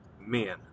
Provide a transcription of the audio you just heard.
men